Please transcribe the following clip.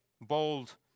bold